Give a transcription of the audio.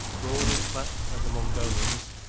broad and flat as a mongolian's,